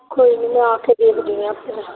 ਕੋਈ ਨਹੀਂ ਮੈਂ ਆ ਕੇ ਦੇਖਦੀ ਹਾਂ ਫਿਰ